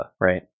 right